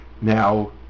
Now